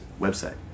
website